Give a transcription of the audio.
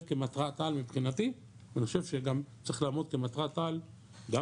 כמטרת על מבחינתי ואני חושב שגם צריך לעמוד כמטרת על גם